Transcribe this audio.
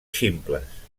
ximples